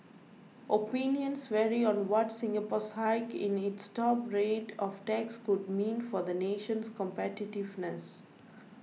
opinions vary on what Singapore's hike in its top rate of tax could mean for the nation's competitiveness